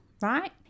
right